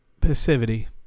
Passivity